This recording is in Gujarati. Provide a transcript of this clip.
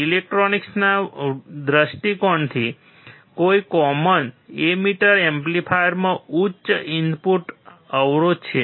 ઇલેક્ટ્રોનિક્સના દૃષ્ટિકોણથી એક કોમન એમીટર એમ્પ્લીફાયરમાં ઉચ્ચ ઇનપુટ અવરોધ છે